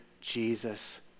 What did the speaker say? Jesus